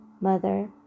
Mother